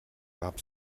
gab